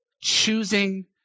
choosing